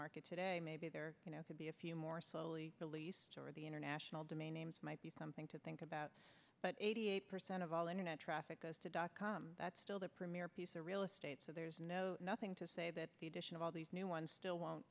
market today maybe there could be a few more slowly released or the international demand names might be something to think about but eighty eight percent of all internet traffic goes to dot com that's still the premier piece of real estate so there's no nothing to say that the addition of all these new ones still won't